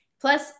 Plus